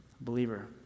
Believer